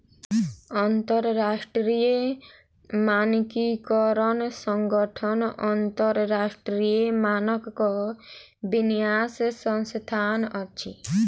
अंतरराष्ट्रीय मानकीकरण संगठन अन्तरराष्ट्रीय मानकक विन्यास संस्थान अछि